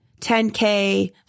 10K